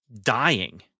dying